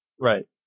Right